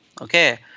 Okay